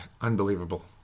Unbelievable